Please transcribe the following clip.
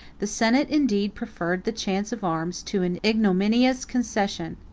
the senate indeed preferred the chance of arms to an ignominious concession.